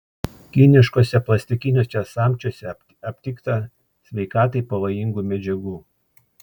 kiniškuose plastikiniuose samčiuose aptikta sveikatai pavojingų medžiagų